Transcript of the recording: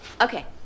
Okay